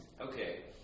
okay